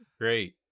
Great